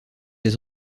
des